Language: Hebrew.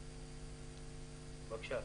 בבקשה.